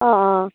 অঁ অঁ